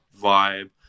vibe